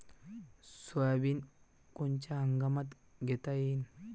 Soybean कोनच्या हंगामात घेता येईन?